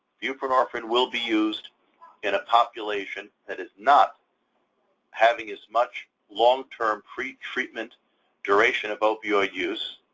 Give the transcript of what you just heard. buprenorphine will be used in a population and is not having as much long-term pretreatment duration of opioid use,